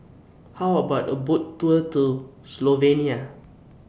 How about A Boat Tour to Slovenia